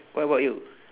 what about you